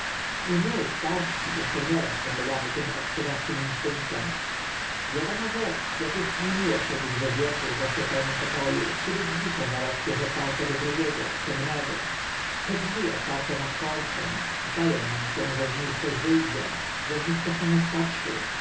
i my starsi eszcze nieraz podlegamy tym ostrzegawczym instynktom wiadoma rzecz ak est niemiło siedzieć w wieczór w oświetlonym poko u kiedy drzwi są na roścież otwarte do drugiego ciemnego te drzwi otwarte nas korcą zda e nam się że z nich coś wy dzie że z nich coś na nas patrzy